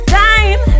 time